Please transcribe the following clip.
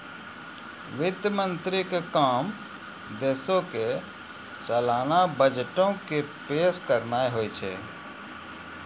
वित्त मंत्री के काम देशो के सलाना बजटो के पेश करनाय होय छै